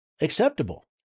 acceptable